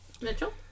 Mitchell